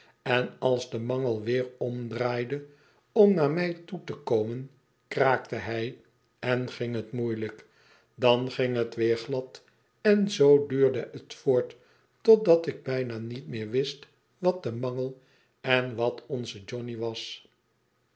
en als de mangel weer omdraaide om naar mij toe te komen kraakte hij en ging het moeilijk dan ging het weer glad en zoo duurde het voort totdat ik bijna niet meer wist wat de mangel en wat onze johnny was